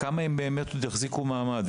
כמה הם באמת יחזיקו מעמד.